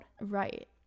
right